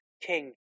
king